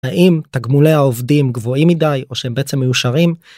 האם תגמולי העובדים גבוהים מדי או שהם בעצם מיושרים?